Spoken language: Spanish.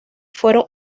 fueron